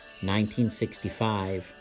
1965